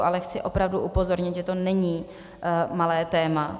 Ale chci opravdu upozornit, že to není malé téma.